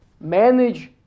manage